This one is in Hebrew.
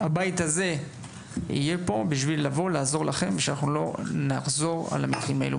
הבית הזה יהיה פה בשביל לעזור לכם על מנת שמקרים כאלה לא יחזרו בעתיד.